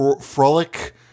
Frolic